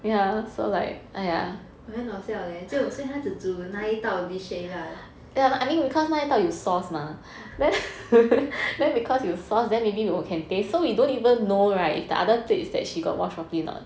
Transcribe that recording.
很好笑 leh 就所以他只煮那一道 dish 而已 lah